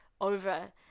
over